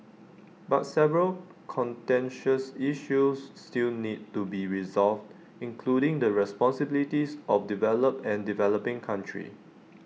but several contentious issues still need to be resolved including the responsibilities of developed and developing countries